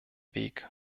weg